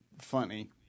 funny